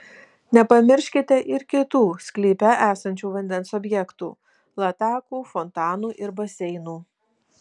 nepamirškite ir kitų sklype esančių vandens objektų latakų fontanų ir baseinų